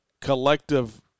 collective